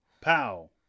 Pow